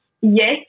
Yes